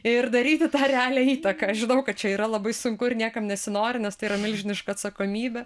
ir daryti tą realią įtaką žinau kad čia yra labai sunku ir niekam nesinori nes tai yra milžiniška atsakomybė